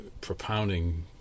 propounding